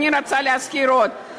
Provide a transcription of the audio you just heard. אני רוצה להזכיר עוד,